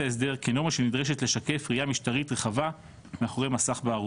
ההסדר כנורמה שנדרשת לשתף ראייה משטרית רחבה מאחורי מסך בערות.